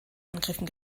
angriffen